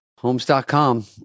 Homes.com